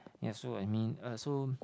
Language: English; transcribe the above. ya so I mean uh so